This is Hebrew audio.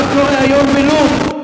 מה קורה היום בלוד?